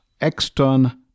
extern